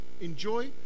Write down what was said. enjoy